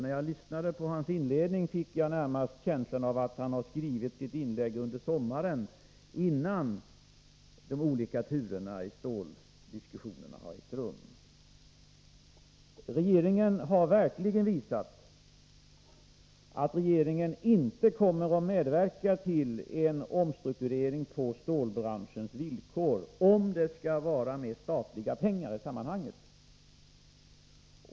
När jag lyssnade till hans inledning fick jag närmast känslan att han har skrivit sitt inlägg under sommaren, innan de olika turerna i ståldiskussionerna hade ägt rum. Regeringen har verkligen visat att den inte kommer att medverka till en omstrukturering på stålbranschens villkor, om det skall vara statliga pengar med i sammanhanget.